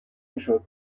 میشد